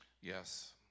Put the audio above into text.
yes